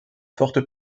forte